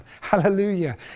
Hallelujah